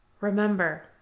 Remember